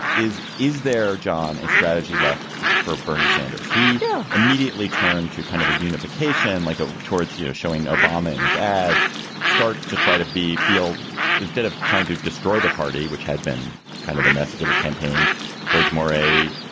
is is there, john, a strategy left for bernie sanders? he yeah immediately turned to kind of a unification like a towards, you know, showing obama in his ads start to try to be feel instead of trying to destroy the party, which had been kind of the message of his campaign towards more'.